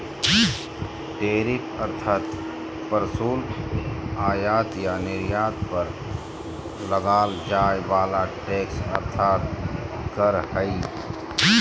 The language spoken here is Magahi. टैरिफ अर्थात् प्रशुल्क आयात या निर्यात पर लगाल जाय वला टैक्स अर्थात् कर हइ